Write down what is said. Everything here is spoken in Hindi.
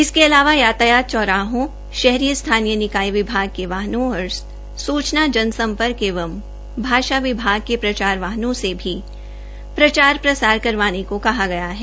इसके अलावा यातायात चौराहों शहरी स्थानीय निकाय विभाग के वाहनों तथा सूचना जन सम्पर्क एवं भाषा विभाग के प्रचार वाहनों से भी प्रचार प्रसार करवाने को कहा गया है